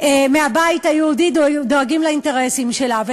מהבית היהודי דואגים לאינטרסים שלה.